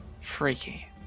freaky